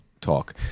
talk